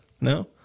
No